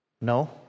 No